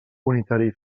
unitari